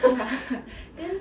ya then